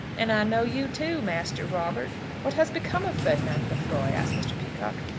and i know you too, master robert. what has become of ferdinand lefroy? asked mr. peacocke.